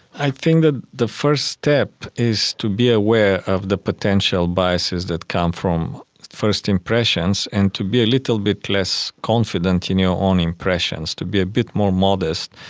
i think that the first step is to be aware of the potential biases that come from first impressions and to be a little bit less confident in your own impressions, to be a bit more modest,